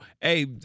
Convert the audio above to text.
hey